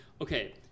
okay